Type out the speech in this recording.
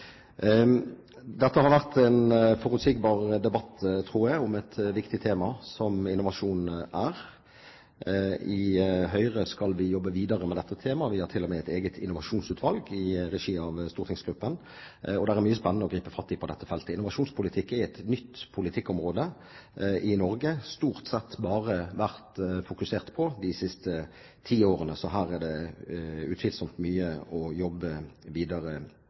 Dette har vært en forutsigbar debatt, tror jeg, om et viktig tema, som innovasjon er. I Høyre skal vi jobbe videre med dette temaet. Vi har til og med et eget innovasjonsutvalg i regi av stortingsgruppen, og det er mye spennende å gripe fatt i på dette feltet. Innovasjonspolitikk er et nytt politikkområde i Norge, som det stort sett bare har vært fokusert på de siste ti årene, så her er det utvilsomt mye å jobbe videre